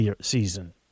season